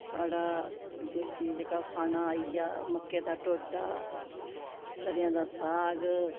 साढ़ा देसी जेह्का खाना आई गेआ मक्के दा टोडा सरेयां दा साग